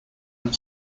and